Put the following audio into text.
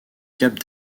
cape